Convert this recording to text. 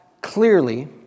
clearly